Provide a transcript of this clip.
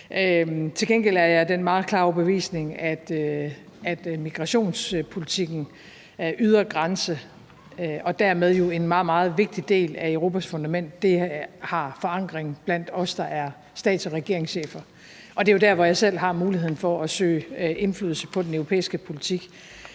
Til gengæld er jeg af den meget klare overbevisning, at migrationspolitikken vedrører den ydre grænse og dermed jo en meget, meget vigtig del af Europas fundament og har forankring blandt os, der er stats- og regeringschefer. Det er jo der, hvor jeg selv har muligheden for at søge indflydelse på den europæiske politik,